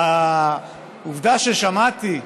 העובדה ששמעתי,